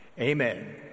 amen